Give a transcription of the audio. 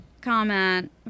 comment